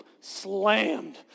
slammed